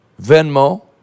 Venmo